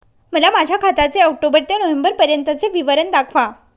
मला माझ्या खात्याचे ऑक्टोबर ते नोव्हेंबर पर्यंतचे विवरण दाखवा